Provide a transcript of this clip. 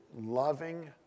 loving